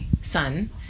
son